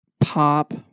pop